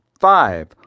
Five